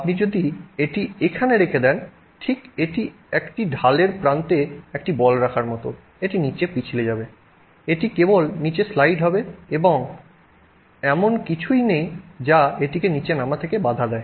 আপনি এটি এখানে রেখে দেন ঠিক এটি একটি ঢালের প্রান্তে একটি বল রাখার মতো এটি নীচে পিছলে যাবে এটি কেবল নীচে স্লাইড হবে এবং এমন কিছুই নেই যা এটিকে নীচে নামা থেকে বাধা দেয়